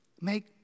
make